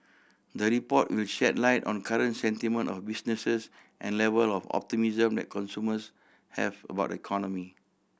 the report will shed light on current sentiment of businesses and level of optimism that consumers have about the economy